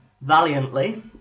valiantly